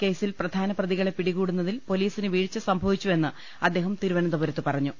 കേസിൽ പ്രധാനപ്രതികളെ പിടികൂടുന്നതിൽ പൊലീസിന് വീഴ്ച സംഭവിച്ചുവെന്ന് അദ്ദേഹം തിരുവ നന്തപുരത്ത് പറഞ്ഞു